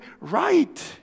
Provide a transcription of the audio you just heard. right